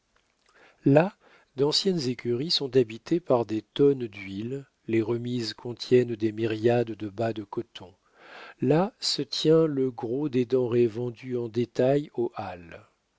là d'anciennes écuries sont habitées par des tonnes d'huile les remises contiennent des myriades de bas de coton là se tient le gros des denrées vendues en détail aux halles